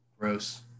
Gross